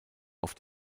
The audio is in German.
oft